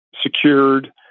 secured